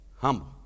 Humble